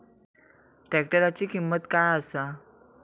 ट्रॅक्टराची किंमत काय आसा?